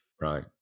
Right